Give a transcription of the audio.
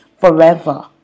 forever